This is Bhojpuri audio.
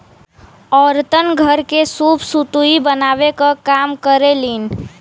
औरतन घर के सूप सुतुई बनावे क काम करेलीन